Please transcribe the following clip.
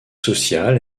social